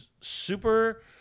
super